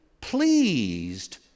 pleased